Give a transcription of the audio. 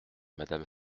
madame